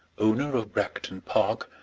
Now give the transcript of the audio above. owner of bragton park,